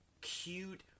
cute